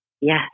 Yes